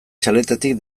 txaletetik